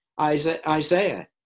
Isaiah